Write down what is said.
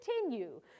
continue